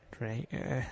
right